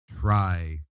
try